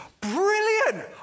Brilliant